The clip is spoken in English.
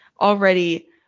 already